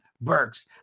Burks